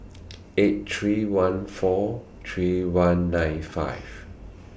eight three one four three one nine five